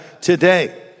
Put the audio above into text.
today